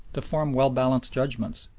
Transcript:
to form well-balanced judgments,